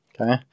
Okay